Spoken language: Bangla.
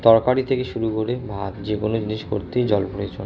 তরকারি থেকে শুরু করে ভাত যে কোনো জিনিস করতেই জল প্রয়োজন